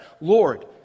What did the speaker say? Lord